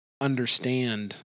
understand